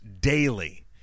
daily